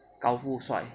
高富帅